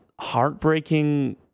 heartbreaking